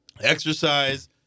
Exercise